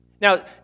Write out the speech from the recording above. Now